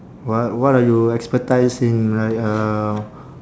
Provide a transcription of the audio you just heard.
what what are you expertise in like uh